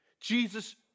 Jesus